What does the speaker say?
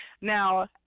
Now